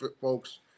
folks